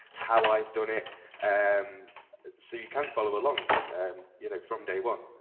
how i've done it and so you can follow along and you know from day one.